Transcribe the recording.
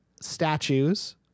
statues